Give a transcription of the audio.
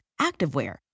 activewear